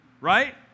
right